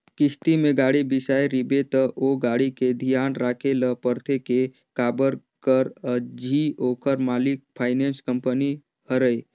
किस्ती में गाड़ी बिसाए रिबे त ओ गाड़ी के धियान राखे ल परथे के काबर कर अझी ओखर मालिक फाइनेंस कंपनी हरय